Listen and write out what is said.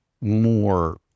more